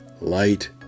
light